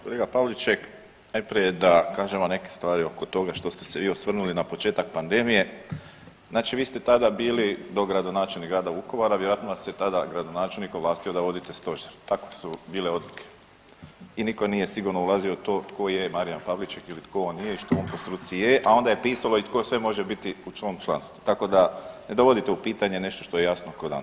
Kolega Pavliček, najprije da kažemo neke stvari oko toga što ste se vi osvrnuli na početak pandemije, znači vi ste tada bili dogradonačelnik grada Vukovara, vjerojatno vas je tada gradonačelnik ovlastio da vodite stožer, takve su bile odluke i niko nije sigurno ulazio u to tko je Marijan Pavliček ili tko on nije i što on po struci je, a onda je pisalo i tko sve može bit u tom članstvu, tako da ne dovodite u pitanje nešto što je jasno ko dan.